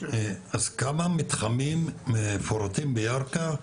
כמה מתחמים מפורטים בירכא,